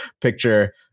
picture